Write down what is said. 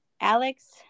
Alex